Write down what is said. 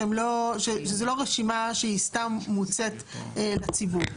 שזו לא רשימה שהיא סתם מומצאת לציבור?